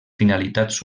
finalitats